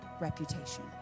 reputation